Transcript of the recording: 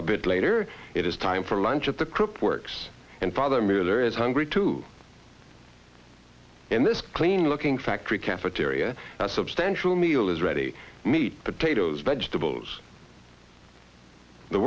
a bit later it is time for lunch at the crip works and father miller is hungry too in this clean looking factory cafeteria substantial meal is ready meat potatoes vegetables the